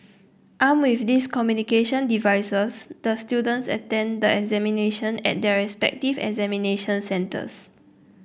armed with these communication devices the students attended the examination at their respective examination centres